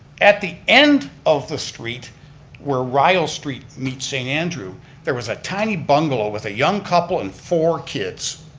at the end of the street where rile street meets st. andrew there was a tiny bungalow with a young couple and four kids.